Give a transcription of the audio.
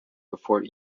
before